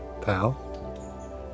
pal